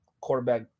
quarterback